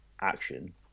action